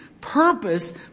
purpose